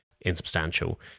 insubstantial